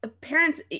parents